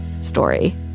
story